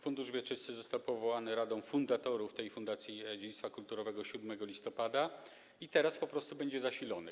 Fundusz wieczysty został powołany przez Radę Fundatorów Fundacji Dziedzictwa Kulturowego 7 listopada i teraz po prostu będzie zasilony.